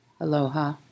Aloha